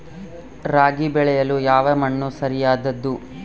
ರಾಗಿ ಬೆಳೆಯಲು ಯಾವ ಮಣ್ಣು ಸರಿಯಾದದ್ದು?